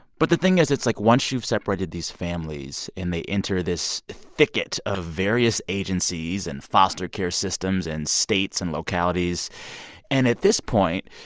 but the thing is, it's, like, once you've separated these families, and they enter this thicket of various agencies and foster care systems and states and localities and, at this point,